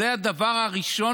זה הדבר הראשון